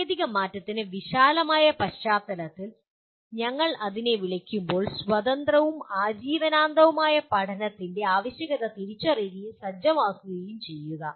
സാങ്കേതിക മാറ്റത്തിന്റെ വിശാലമായ പശ്ചാത്തലത്തിൽ ഞങ്ങൾ അതിനെ വിളിക്കുമ്പോൾ സ്വതന്ത്രവും ആജീവനാന്തവുമായ പഠനത്തിന്റെ Life Long Learning ആവശ്യകത തിരിച്ചറിയുകയും സജ്ജമാക്കുകയും ചെയ്യുക